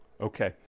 Okay